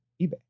eBay